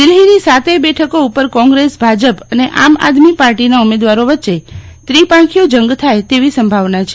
દિલ્હીની સાતેય બેઠકો ઉપર કોંગ્રેસ ભાજપ અને આમ આદમી પાર્ટીના ઉમેદવારો વચ્ચે ત્રિપાંખીયો જંગ થાય તેવી સંભાવના છે